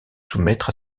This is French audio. soumettre